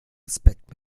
respekt